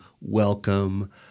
welcome